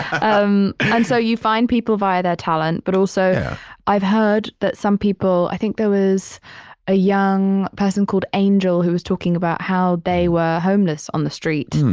um and so you find people via their talent. but also i've heard that some people, i think there was a young person called angel who was talking about how they were homeless on the street.